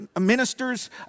ministers